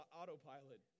autopilot